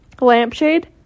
lampshade